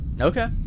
Okay